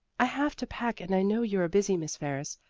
i have to pack and i know you are busy. miss ferris,